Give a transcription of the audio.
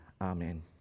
Amen